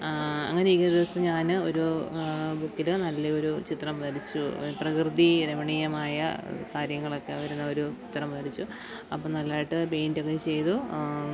അങ്ങനെ ഇരിക്കെ ഒരു ദിവസം ഞാൻ ഒരു ബുക്കിൽ നല്ല ഒരു ചിത്രം വരച്ചു പ്രകൃതി രമണീയമായ കാര്യങ്ങളൊക്കെ വരുന്ന ഒരു ചിത്രം വരച്ചു അപ്പം നല്ലതായിട്ട് പെയിൻ്റൊക്കെ ചെയ്തു